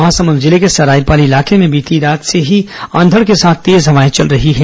महासमुंद जिले के सरायपाली इलाके में बीती रात से ही अंधड़ के साथ तेज हवाए चल रही हैं